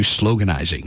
sloganizing